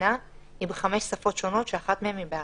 המדינה היא בחמש שפות שונות שאחת מהן היא ערבית.